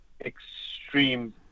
extreme